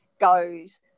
goes